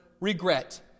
regret